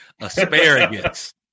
Asparagus